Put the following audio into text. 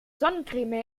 sonnencreme